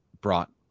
brought